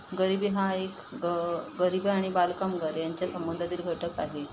गरिबी हा एक ग गरिबी आणि बालकामगार यांच्या संबंधातील घटक आहे